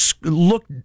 look